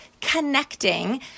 connecting